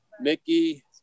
Mickey